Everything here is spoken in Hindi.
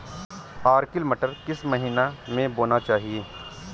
अर्किल मटर किस महीना में बोना चाहिए?